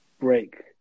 break